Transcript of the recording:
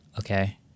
Okay